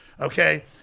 okay